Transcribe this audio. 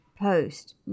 post